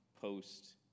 post